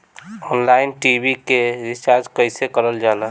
Online TV के recharge कईसे करल जाला?